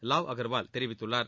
லாவ் அகர்வால் தெரிவித்துள்ளார்